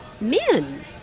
men